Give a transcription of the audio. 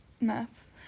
maths